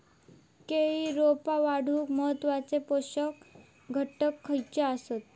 केळी रोपा वाढूक महत्वाचे पोषक घटक खयचे आसत?